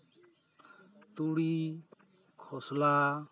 ᱛᱩᱲᱤ ᱠᱷᱚᱥᱞᱟ